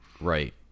Right